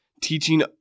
teaching